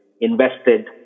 invested